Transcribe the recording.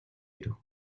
ирэв